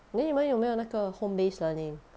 then 你们有没有那个 home based learning